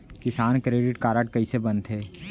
किसान credit card कइसे बनथे?